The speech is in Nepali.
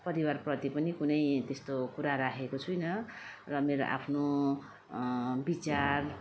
परिवार प्रति पनि कुनै त्यस्तो कुरा राखेको छुइनँ र मेरो आफ्नो विचार